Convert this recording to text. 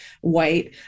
white